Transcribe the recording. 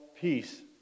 peace